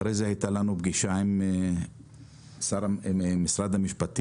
אחר כך הייתה לנו פגישה עם משרד המשפטים,